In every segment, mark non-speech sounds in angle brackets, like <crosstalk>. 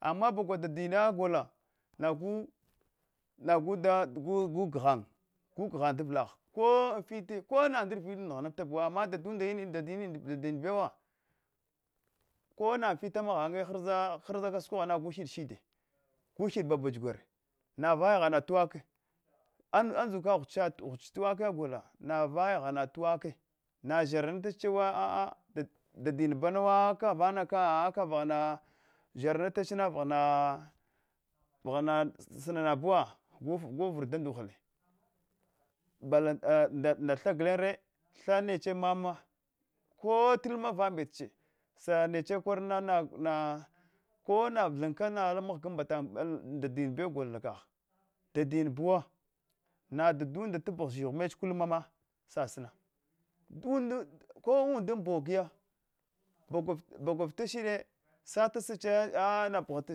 Ama bagwa dadinna gola nagu nagu da gugu gugghan daulagh na ko amfite ko na ndrviɗe nghananta buwo ana dudanda man ama dadunda kin dudin bewa dibewa ko nafit maghanne gu da hiɗshide kush hiɗ bagu gware, navaya hana tuwaka andzukan ghuch ghucha tuwakana gola nava ghana tuwaka na zharanta chewa aa dadin banawa ka'a ka zharanadna-vaghana vaghana sinana buwa guvr dan duhule, balan nda tha gulenne, tha neche mama kota lmma vambet che sanache koralna nana kona thanka na alan mghatan mbatan dadinbewo gol nda kagh, dadinbuwa na dadunda tapgha zhigh mech kuluma ma sasina <unintelligible> ko undunda bog-ya bagwa vita shiɗe satasache ana pghata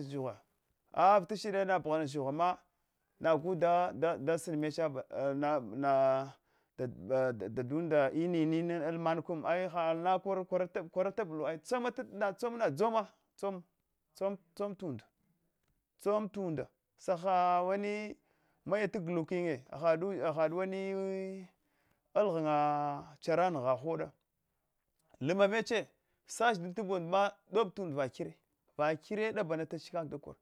zhigha avita shiɗe pghan shighana nagdada sin meche nana <unintelligible> ba dadin inide ala alaman kam kwarata bol lu na tsom nadzamma tsom, tsom tun unda, saha wani maya ta gluk yinye wani alaghanya chera ngha hoɗa lmmamehe sacha datab buga unda ma ɗabtu unɗa va kire, vakire ɗabanastache.